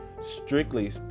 strictly